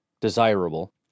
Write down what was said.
desirable